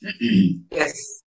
Yes